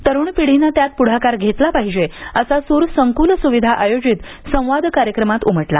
तरुण पिढीने त्यात पुढाकार घेतला पाहिजे असा सूर संकुल सुविधा आयोजित संवाद कार्यक्रमात उमटला